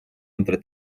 entre